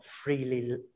freely